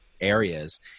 areas